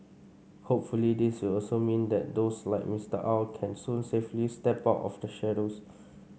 hopefully this will also mean that those like Mister Aw can soon safely step out of the shadows